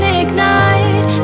ignite